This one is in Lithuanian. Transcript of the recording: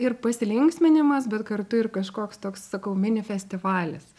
ir pasilinksminimas bet kartu ir kažkoks toks sakau mini festivalis